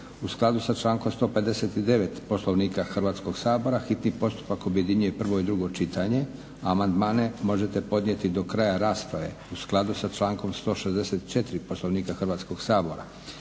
U skladu sa člankom 159. Poslovnika Hrvatskoga sabora hitni postupak objedinjuje prvo i drugo čitanje. Amandmane možete podnijeti do kraja rasprave u skladu sa člankom 164. Poslovnika Hrvatskog sabora.